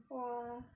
!wah!